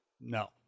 No